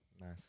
Nice